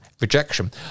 rejection